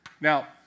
Now